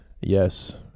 Yes